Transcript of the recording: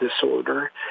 disorder